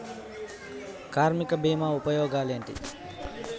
కార్మిక బీమా ఉపయోగాలేంటి?